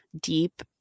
deep